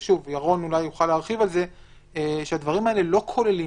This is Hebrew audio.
וירון אולי יכול להרחיב - הדברים האלה לא כוללים